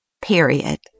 Period